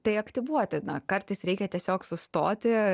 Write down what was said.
tai aktyvuoti na kartais reikia tiesiog sustoti